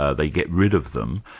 ah they get rid of them,